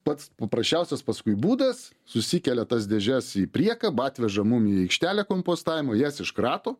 pats paprasčiausias paskui būdas susikelia tas dėžes į priekabą atveža mum į aikštelę kompostavimo jas iškrato